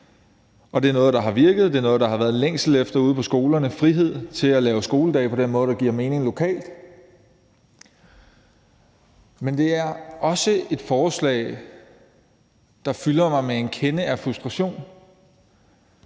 det er noget, der har virket, og det er noget, der har været længsel efter ude på skolerne: frihed til at tilrettelægge skoledagen på den måde, der giver mening lokalt. Men det er også et forslag, der fylder mig med en kende af frustration,